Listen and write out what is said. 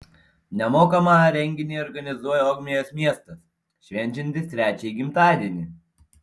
nemokamą renginį organizuoja ogmios miestas švenčiantis trečiąjį gimtadienį